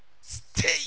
stay